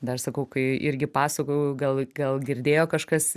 dar sakau kai irgi pasakojau gal gal girdėjo kažkas